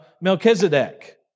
Melchizedek